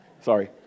Sorry